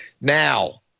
Now